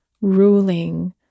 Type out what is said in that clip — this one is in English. ruling